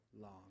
long